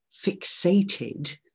fixated